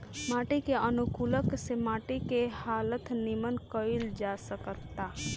माटी के अनुकूलक से माटी के हालत निमन कईल जा सकेता